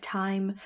time